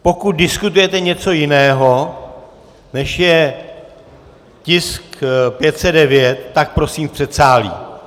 Pokud diskutujete něco jiného, než je tisk 509, tak prosím v předsálí.